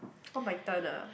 oh my turn ah